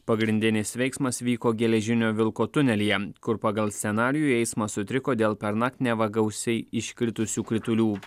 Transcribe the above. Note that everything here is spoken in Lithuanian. pagrindinis veiksmas vyko geležinio vilko tunelyje kur pagal scenarijų eismas sutriko dėl pernakt neva gausiai iškritusių kritulių